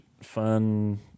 fun